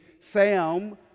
Sam